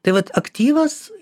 tai vat aktyvas